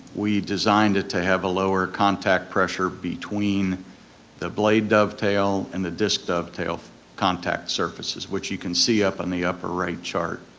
we designed it to have a lower contact pressure between the blade dovetail and the disc dovetail contact surfaces which you can see up in the upper right chart.